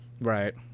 Right